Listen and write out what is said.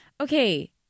Okay